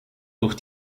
durch